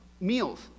meals